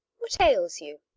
what ails you?